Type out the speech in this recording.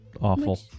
Awful